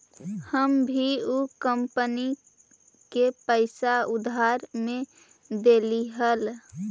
हम भी ऊ कंपनी के पैसा उधार में देली हल